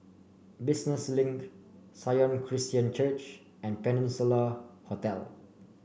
Business Link Sion Christian Church and Peninsula Hotel